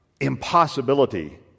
impossibility